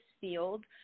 field